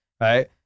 Right